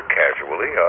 casually